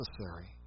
necessary